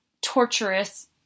torturous